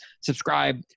subscribe